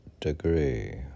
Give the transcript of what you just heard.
degree